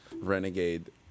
Renegade